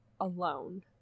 alone